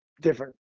different